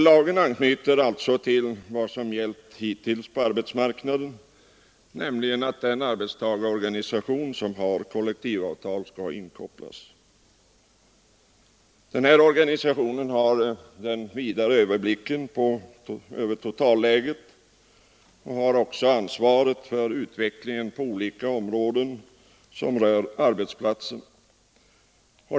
Lagen anknyter alltså till vad som gällt hittills på arbetsmarknaden, nämligen att arbetstagarorganisation som har kollektivavtal skall inkopplas. Den organisationen har den vidare överblicken över totalläget, och den har också ansvaret för utvecklingen på olika områden som rör arbetsplatsen.